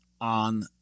on